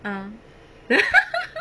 ah